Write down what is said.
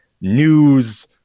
news